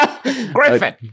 Griffin